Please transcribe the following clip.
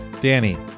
Danny